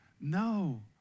no